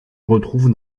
retrouve